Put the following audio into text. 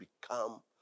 become